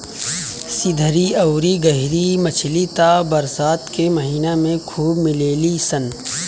सिधरी अउरी गरई मछली त बरसात के महिना में खूब मिलेली सन